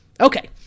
Okay